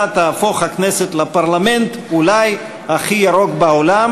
תהפוך הכנסת לפרלמנט אולי הכי ירוק בעולם.